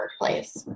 workplace